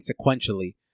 sequentially